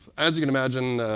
as you can imagine,